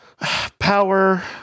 power